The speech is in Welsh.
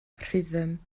rhythm